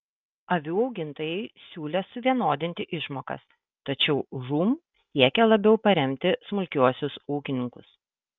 avių augintojai siūlė suvienodinti išmokas tačiau žūm siekė labiau paremti smulkiuosius ūkininkus